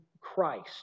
Christ